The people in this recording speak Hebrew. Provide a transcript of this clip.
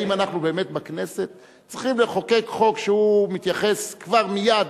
האם אנחנו בכנסת באמת צריכים לחוקק חוק שהוא מתייחס כבר מייד,